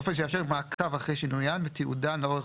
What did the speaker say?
באופן שיאפשר מעקב אחר שינוין ותיעודן לאורך